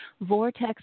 vortex